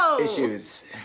issues